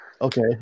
okay